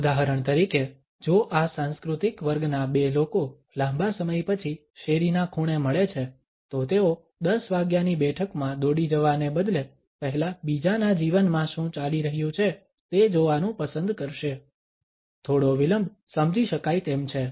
ઉદાહરણ તરીકે જો આ સાંસ્કૃતિક વર્ગના બે લોકો લાંબા સમય પછી શેરીના ખૂણે મળે છે તો તેઓ 10 વાગ્યાની બેઠકમાં દોડી જવાને બદલે પહેલા બીજાના જીવનમાં શું ચાલી રહ્યું છે તે જોવાનું પસંદ કરશે થોડો વિલંબ સમજી શકાય તેમ છે